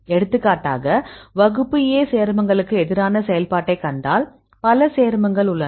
எடுத்துக்காட்டாக வகுப்பு A சேர்மங்களுக்கு எதிரான செயல்பாட்டைக் கொண்ட பல சேர்மங்கள் உள்ளன